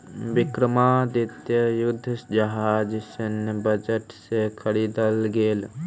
विक्रमादित्य युद्ध जहाज सैन्य बजट से ख़रीदल गेल